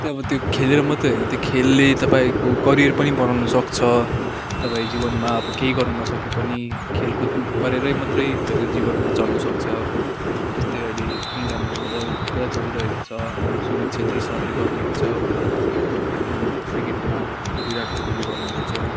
अब त्यो खेलेर मात्रै होइन त्यो खेलले तपाईँको करियर पनि बनाउनु सक्छ तपाईँ जीवनमा अब केही गर्न नसके पनि खेलकुद गरेरै मात्रै तपाईँको जीवन पनि चल्नु सक्छ जस्तै अहिले इन्डियामा फुटबल पुरा चलिरहेको छ हाम्रो सुनिल छेत्री सरले गर्नुहुँदैछ क्रिकेटमा बिराट कोहलीले गर्नुहुँदैछ